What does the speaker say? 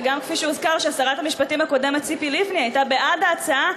וגם כפי שהוזכר ששרת המשפטים הקודמת ציפי לבני הייתה בעד ההצעה,